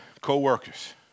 Co-workers